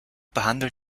behandelt